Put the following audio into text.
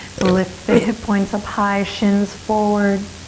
lift the hip points up high, shins forward,